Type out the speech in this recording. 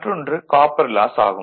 மற்றொன்று copper loss ஆகும்